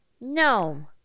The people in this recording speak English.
No